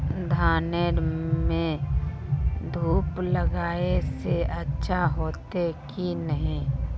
धानेर में धूप लगाए से अच्छा होते की नहीं?